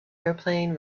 airplane